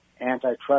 Antitrust